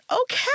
Okay